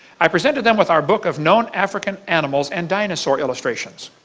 i presented them with our book of known african animals and dinosaur illustrations.